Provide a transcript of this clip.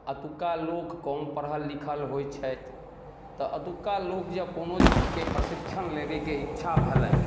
अतुक्का लोक कम पढ़ल लिखल होइ छथि तऽ अतुक्का लोक जे कोनो चीजके प्रशिक्षण लेबयके इच्छा भेलनि